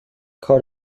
کار